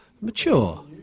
mature